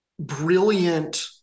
brilliant